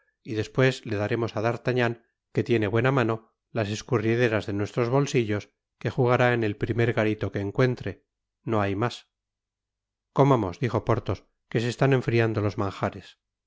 y despues le daremos á d'artagnan que tiene buena mano las escurriduras de nuestros bolsillos que jugará en et primer garito que encuentre no hay mas comamos dijo porthos que se están enfriando los manjares